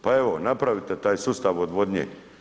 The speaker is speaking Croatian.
Pa evo, napravite taj sustav odvodnje.